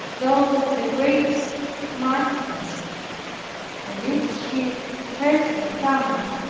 though with the greatest mildness and if she heard him coming,